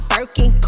Birkin